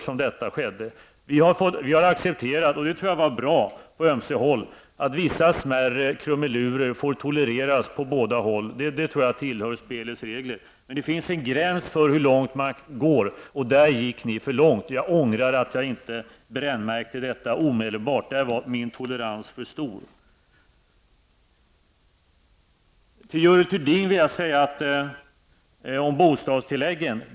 Vi har på ömse håll accepterat, vilket jag tror var bra, att vissa smärre krumelurer får tolereras på båda håll. Det tror jag tillhör spelets regler. Men det finns en gräns för hur långt man kan gå. Och där gick ni för långt. Jag ångrar att jag inte brännmärkte detta omedelbart. Där var min tolerans för stor. Till Görel Thurdin vill jag om bostadstilläggen säga följande.